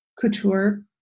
couture